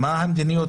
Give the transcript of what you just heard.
מה המדיניות